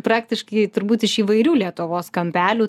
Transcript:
praktiškai turbūt iš įvairių lietuvos kampelių